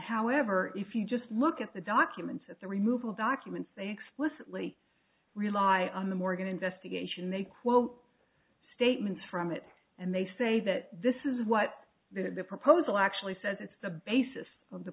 however if you just look at the documents that the removal documents they explicitly rely on the morgan investigation they quote statements from it and they say that this is what the proposal actually says it's the basis of the